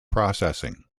processing